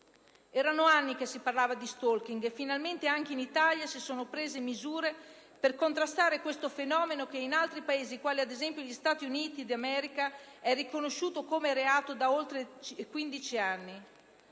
Erano anni che si parlava di *stalking* e finalmente anche in Italia si sono prese misure per contrastare questo fenomeno che in altri Paesi, quali ad esempio gli Stati Uniti, è riconosciuto come reato già da 15 anni.